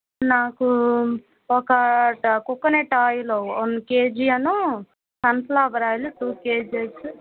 నాకు ఒక coconut oil one K G అను sunflower oil two K Gs